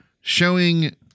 showing